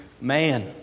man